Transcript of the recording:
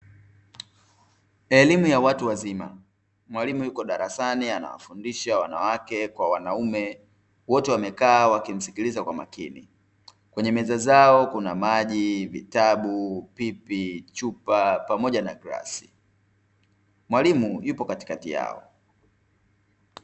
Elimu ya watu wazima, mwalimu yupo darasani anawafundisha wanawake kwa wanaume, wote waekaa wakimsikiliza kwa umakini. Kwenye meza zao kuna maji, vitabu, pipi, chupa pamoja na glasi. Mwalimu yupo katikati yao.